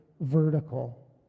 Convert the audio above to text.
vertical